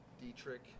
Dietrich